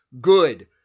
good